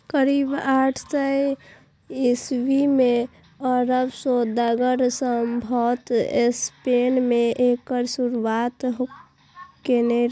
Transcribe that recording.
करीब आठ सय ईस्वी मे अरब सौदागर संभवतः स्पेन मे एकर शुरुआत केने रहै